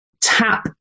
tap